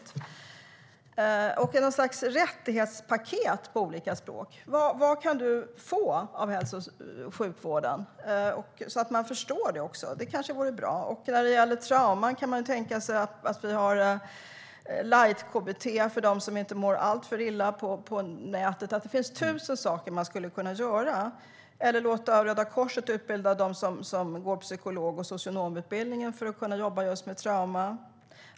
Det skulle kunna finnas något slags rättighetspaket på olika språk, så att människor förstår vad de kan få av hälso och sjukvården. Det vore kanske bra. När det gäller trauman kan man tänka sig att vi har light-KBT på nätet för dem som inte mår alltför illa. Det finns tusen saker som man skulle kunna göra. Man skulle kunna låta Röda Korset utbilda dem som går psykologutbildningen och socionomutbildningen i att jobba just med trauma.